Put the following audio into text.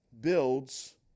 builds